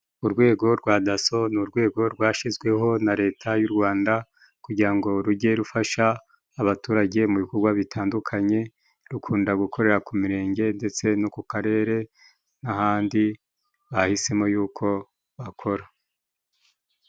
Urwego rwa Daso ni urwego rwashyizweho na Leta y'u Rwanda, kugira ngo rujye rufasha abaturage mu bikorwa bitandukanye. Rukunda gukorera ku mirenge ndetse no ku karere n'ahandi bahisemo y'uko bakora.